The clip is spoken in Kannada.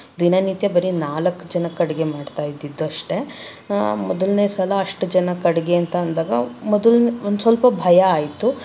ದಿನನಿತ್ಯ ಬರಿ ನಾಲ್ಕು ಜನಕ್ಕೆ ಅಡುಗೆ ಮಾಡ್ತಾ ಇದ್ದಿದ್ದಷ್ಟೇ ಮೊದಲನೇ ಸಲ ಅಷ್ಟು ಜನಕ್ಕೆ ಅಡುಗೆ ಅಂತ ಅಂದಾಗ ಮೊದಲು ಒಂದು ಸ್ವಲ್ಪ ಭಯ ಆಯಿತು